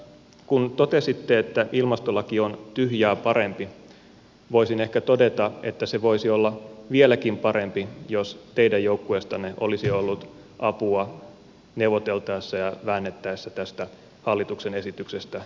kun totesitte että ilmastolaki on tyhjää parempi voisin ehkä todeta että se voisi olla vieläkin parempi jos teidän joukkueestanne olisi ollut apua neuvoteltaessa ja väännettäessä tästä hallituksen esityksestä loppumetreille asti